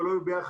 ולא היו ביחד,